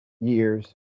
years